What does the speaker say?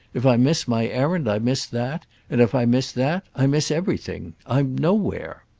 if i miss my errand i miss that and if i miss that i miss everything i'm nowhere.